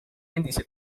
endise